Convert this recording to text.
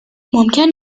ممکن